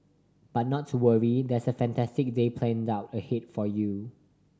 but not to worry there's a fantastic day planned out ahead for you